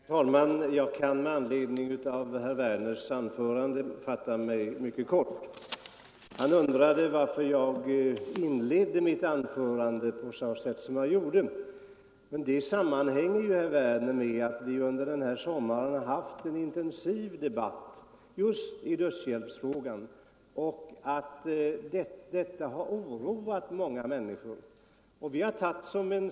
Herr talman! Jag kan med anledning av herr Werners anförande fatta mig mycket kort. Han undrade varför jag inledde mitt anförande på ett sådant sätt som jag gjorde. Det sammanhänger, herr Werner, med att vi under den här sommaren har haft en intensiv debatt just i dödshjälpsfrågan och att detta har oroat många människor.